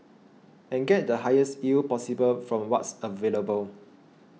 and get the highest yield possible from what's available